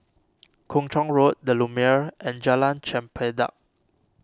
Kung Chong Road the Lumiere and Jalan Chempedak